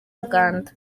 uganda